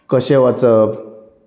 कशें वचप